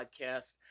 podcast